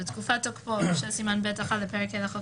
בתקופת תוקפו של סימן ב'1 לפרק ה' לחוק